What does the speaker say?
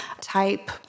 type